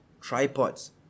tripods